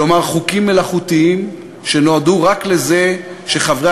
כלומר חוקים מלאכותיים שנועדו רק לכך שחברי